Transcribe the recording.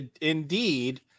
indeed